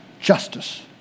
justice